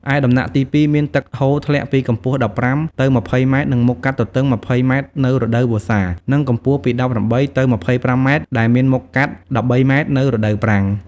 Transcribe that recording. ឯដំណាក់ទី២ មានទឹកហូរធ្លាក់ពីកម្ពស់ ១៥ ទៅ ២០ម៉ែត្រ និង មុខកាត់ទទឹង ២០ម៉ែត្រនៅរដូវវស្សា និងកម្ពស់ពី១៨ ទៅ ២៥ម៉ែត្រ ដែលមានមុខកាត់១៣ម៉ែត្រ នៅរដូវប្រាំង។